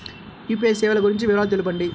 UPI సేవలు గురించి వివరాలు తెలుపండి?